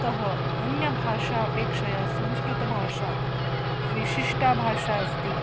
अतः अन्यभाषा अपेक्षया संस्कृतभाषा विशिष्टा भाषा अस्ति